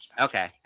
Okay